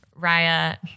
Raya